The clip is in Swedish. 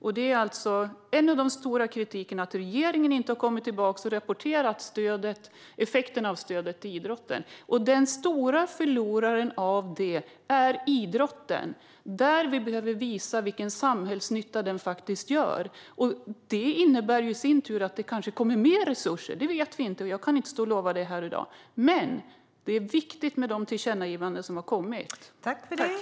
En stor kritik är alltså att regeringen inte har rapporterat om effekterna av stödet till idrotten. Och den stora förloraren på det är idrotten. Vi behöver visa vilken samhällsnytta den faktiskt leder till. Det skulle i sin tur kanske innebära att det kunde komma mer resurser. Det vet vi inte, och jag kan inte lova det här i dag. Men de tillkännagivanden som har kommit är viktiga.